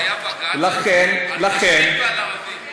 שהיה בג"ץ על נשים וערבים.